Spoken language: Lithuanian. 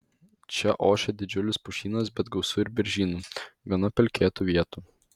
čia ošia didžiulis pušynas bet gausu ir beržynų gana pelkėtų vietų